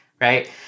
right